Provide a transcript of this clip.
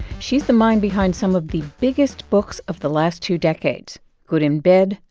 she's the mind behind some of the biggest books of the last two decades good in bed,